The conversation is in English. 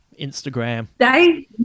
Instagram